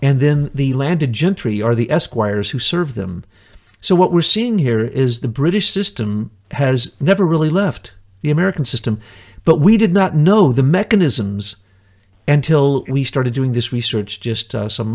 and then the landed gentry are the esquires who serve them so what we're seeing here is the british system has never really left the american system but we did not know the mechanisms and till we started doing this research just some